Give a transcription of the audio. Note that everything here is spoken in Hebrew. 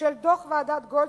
של דוח ועדת-גולדסטון,